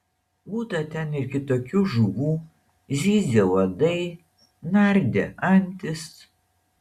būta ten ir kitokių žuvų zyzė uodai nardė antys